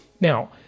Now